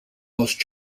most